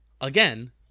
again